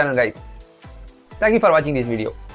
and rights thank you for watching this video